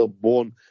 born